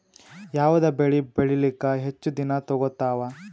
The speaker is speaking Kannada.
ಯಾವದ ಬೆಳಿ ಬೇಳಿಲಾಕ ಹೆಚ್ಚ ದಿನಾ ತೋಗತ್ತಾವ?